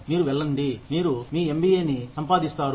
మీరు వెళ్ళండి మీరు మీ ఎంబీఏ సంపాదిస్తారు